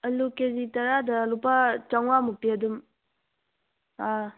ꯑꯂꯨ ꯀꯦꯖꯤ ꯇꯔꯥꯗ ꯂꯨꯄꯥ ꯆꯥꯝꯃꯉꯥꯃꯨꯛꯇꯤ ꯑꯗꯨꯝ ꯑꯥ